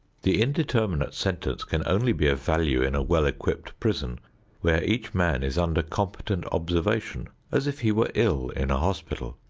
the indeterminate sentence can only be of value in a well-equipped prison where each man is under competent observation as if he were ill in a hospital.